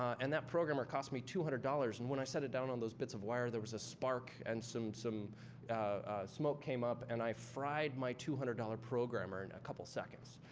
and that programmer cost me two hundred dollars. and when i set it down on those bits of wire, there was a spark. and some some smoke came up, and i fried my two hundred dollars programmer in a couple seconds.